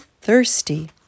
thirsty